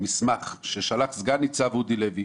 מסמך ששלח סגן ניצב אודי לוי